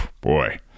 boy